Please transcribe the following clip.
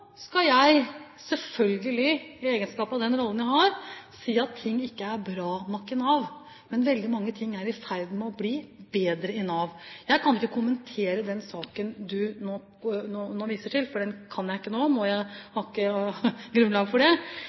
skal jeg selvfølgelig, i egenskap av den rollen jeg har, si at ting ikke er bra nok i Nav – men veldig mange ting er i ferd med å bli bedre i Nav. Jeg kan ikke kommentere den saken det nå vises til, for den kan jeg ikke noe om, og jeg har ikke grunnlag for det.